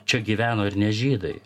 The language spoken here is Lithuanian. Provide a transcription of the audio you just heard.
čia gyveno ir ne žydai